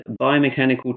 biomechanical